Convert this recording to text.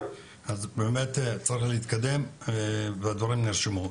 צריך להתקדם, הדברים נרשמו.